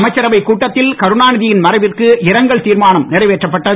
அமைச்சரவை கூட்டத்தில் கருணாநிதியின் மறைவிற்கு இரங்கல் திர்மானம் நிறைவேற்றப்பட்டது